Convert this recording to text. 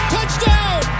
Touchdown